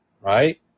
Right